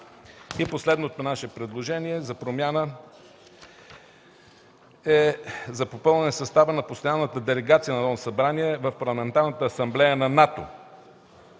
Последното наше предложение за промяна е за попълване състава на Постоянната делегация на Народното събрание в Парламентарната асамблея на НАТО.